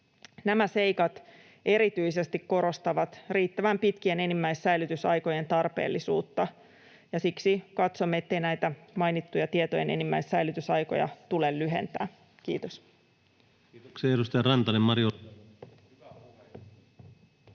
Nämä seikat erityisesti korostavat riittävän pitkien enimmäissäilytysaikojen tarpeellisuutta, ja siksi katsomme, ettei näitä mainittuja tietojen enimmäissäilytysaikoja tule lyhentää. — Kiitos.